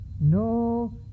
no